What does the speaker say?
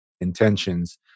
intentions